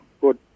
good